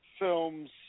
films